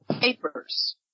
papers